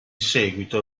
seguito